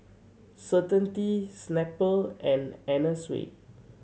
Certainty Snapple and Anna Sui